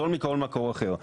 זול מכל מקור אחר.